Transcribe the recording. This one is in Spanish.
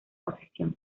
posición